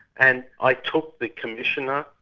and i took the commissioner,